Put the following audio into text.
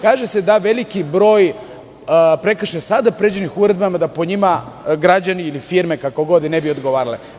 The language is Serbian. Kaže se da je veliki broj prekršaja sada predviđen uredbama, da po njima građani ili firme, kako god, ne bi odgovarale.